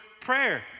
prayer